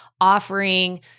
offering